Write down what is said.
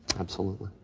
absolutely.